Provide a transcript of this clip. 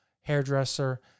hairdresser